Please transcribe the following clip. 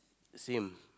same